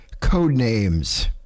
Codenames